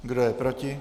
Kdo je proti?